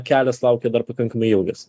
kelias laukia dar pakankamai ilgas